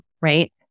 right